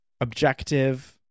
objective